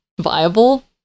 viable